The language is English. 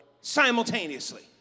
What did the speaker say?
simultaneously